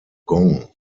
gong